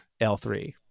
L3